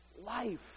life